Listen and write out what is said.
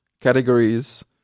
categories